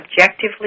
objectively